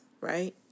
right